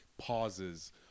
pauses